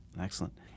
Excellent